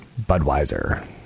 Budweiser